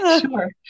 Sure